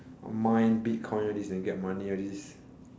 mine bitcoin all this then get money all this